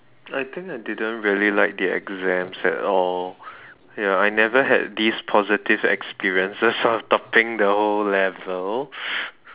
I think I didn't really like the exams at all ya I never had these positive experiences of topping the whole level